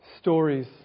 Stories